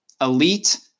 elite